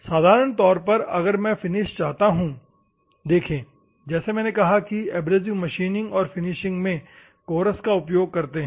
साधारण तौर पर अगर मैं फिनिश चाहता हूं देखे जैसे मैंने कहा कि एब्रेसिव मशीनिंग और फिनिशिंग में कोरस का उपयोग करते हैं